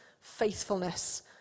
faithfulness